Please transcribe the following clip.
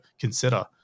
consider